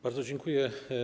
Bardzo dziękuję.